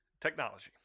technology